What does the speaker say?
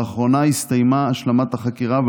לאחרונה הסתיימה השלמת החקירה,